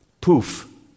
poof